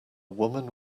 woman